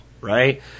right